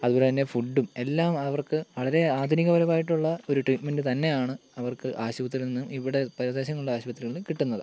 അതുപോലെ തന്നെ ഫുഡും എല്ലാം അവർക്ക് വളരെ ആധുനികപരമായിട്ടുള്ള ഒരു ട്രീറ്റ്മെൻറ്റ് തന്നെയാണ് അവർക്ക് ആശുപത്രിയിൽ നിന്നും ഇവിടെ പ്രദേശങ്ങളിലെ ആശുപത്രിയിൽ നിന്നും കിട്ടുന്നത്